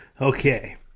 Okay